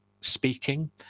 speaking